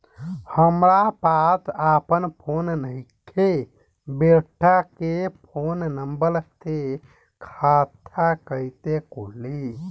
हमरा पास आपन फोन नईखे बेटा के फोन नंबर से खाता कइसे खुली?